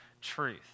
truth